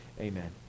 amen